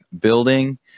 building